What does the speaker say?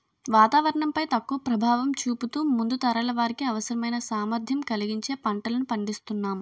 వాతావరణం పై తక్కువ ప్రభావం చూపుతూ ముందు తరాల వారికి అవసరమైన సామర్థ్యం కలిగించే పంటలను పండిస్తునాం